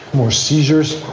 more seizures,